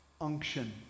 unction